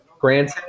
granted